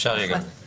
אפשר יהיה גם את זה.